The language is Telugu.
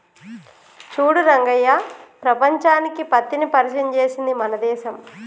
చూడు రంగయ్య ప్రపంచానికి పత్తిని పరిచయం చేసింది మన దేశం